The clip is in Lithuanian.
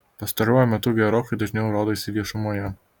pastaruoju metu gerokai dažniau rodaisi viešumoje